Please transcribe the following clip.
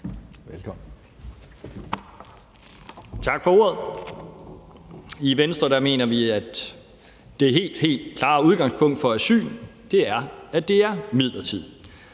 (V): Tak for ordet. I Venstre mener vi, at det helt, helt klare udgangspunkt for asyl er, at det er midlertidigt,